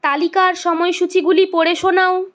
তালিকার সময়সূচীগুলি পড়ে শোনাও